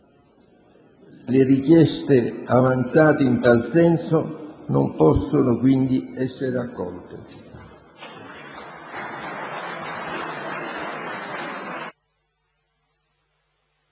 Le richieste avanzate in tal senso non possono quindi essere accolte.